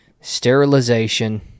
sterilization